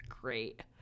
great